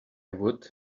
would